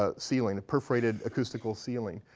ah ceiling, perforated acoustical ceiling.